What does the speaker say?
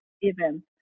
event